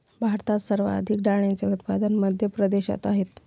भारतात सर्वाधिक डाळींचे उत्पादन मध्य प्रदेशात आहेत